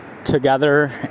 together